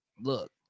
Look